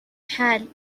حال